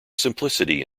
simplicity